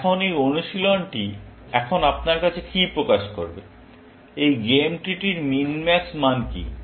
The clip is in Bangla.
এখন এই অনুশীলনটি এখন আপনার কাছে কী প্রকাশ করবে এই গেম ট্রিটির মিনম্যাক্স মান কী